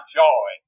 joy